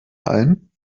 allen